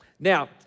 Now